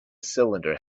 cylinder